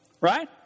Right